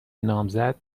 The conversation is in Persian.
نامزد